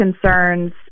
concerns